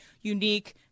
unique